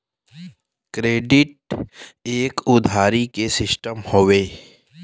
credit एक उधारी के सिस्टम हउवे